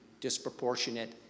disproportionate